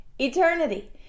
eternity